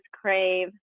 crave